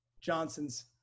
Johnson's